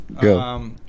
Go